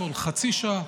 חצי שעה,